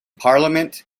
parliament